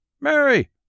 Mary